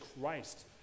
Christ